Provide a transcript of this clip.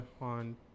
On